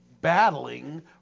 battling